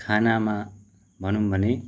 खानामा भनौँ भने